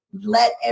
let